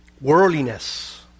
worldliness